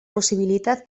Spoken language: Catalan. possibilitat